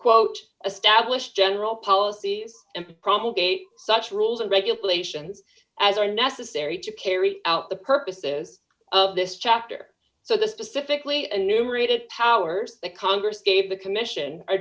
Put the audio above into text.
quote a stablished general policy and promulgated such rules and regulations as are necessary to carry out the purposes of this chapter so the specifically and numerated howard the congress gave the commission